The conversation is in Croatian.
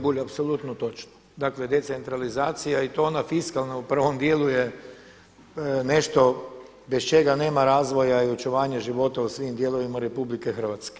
Bulj apsolutno točno, dakle decentralizacija i to ona fiskalna u prvom dijelu je nešto bez čega nema razvoja i očuvanja života u svim dijelovima RH.